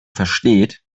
versteht